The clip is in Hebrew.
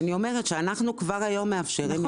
אני אומרת שאנחנו כבר היום מאפשרים את זה.